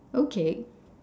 okay